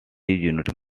unit